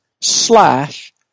slash